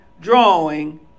drawing